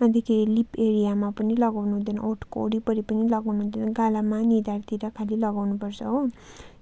त्यहाँदेखि लिप एरियामा पनि लगाउनु हुँदैन ओँठको वरिपरि पनि लगाउनु हुँदैन गालामा निधाारतिर खालि लगाउनु पर्छ हो